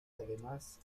además